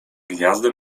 gniazdo